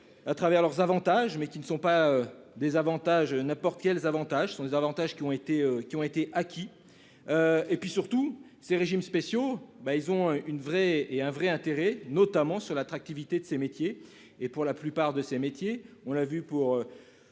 À travers leurs avantages, mais qui ne sont pas des avantages n'importe quels avantages sont les avantages qui ont été qui ont été acquis. Et puis surtout, ces régimes spéciaux. Ben ils ont une vraie est un vrai intérêt notamment sur l'attractivité de ces métiers et, pour la plupart de ces métiers. On l'a vu pour.